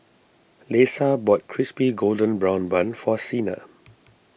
Lesa bought Crispy Golden Brown Bun for Sina